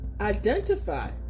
identify